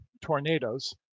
tornadoes